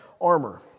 armor